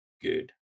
Good